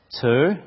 two